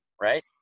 right